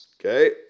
Okay